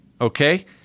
okay